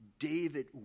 David